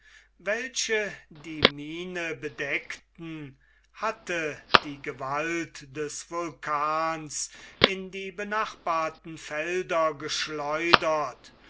welche die mine bedeckten hatte die gewalt des vulkans in die benachbarten felder geschleudert